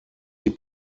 die